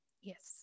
Yes